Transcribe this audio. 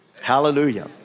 Hallelujah